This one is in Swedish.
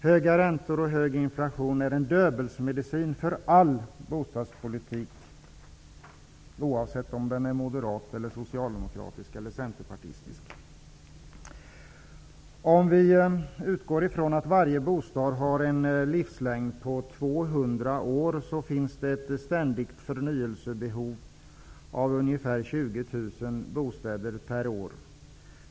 Höga räntor och hög inflation är en döbelnsmedicin för all bostadspolitik, oavsett om den är moderat, socialdemokratisk eller centerpartistisk. Om vi utgår från att varje bostad har en livslängd om 200 år, kan vi se att det finns ett ständigt förnyelsebehov av ungefär 20 000 bostäder per år.